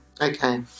Okay